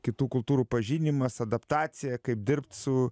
kitų kultūrų pažinimas adaptacija kaip dirbt su